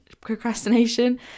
procrastination